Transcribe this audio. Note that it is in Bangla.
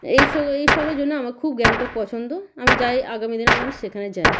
এইসব এইসবের জন্য আমার খুব গ্যাংটক পছন্দ আমি চাই আগামী দিন আমি যেন সেখানে যাই